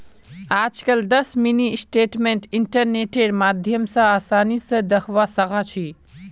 आजकल दस mini statement इन्टरनेटेर माध्यम स आसानी स दखवा सखा छी